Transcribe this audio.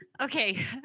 Okay